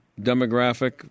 demographic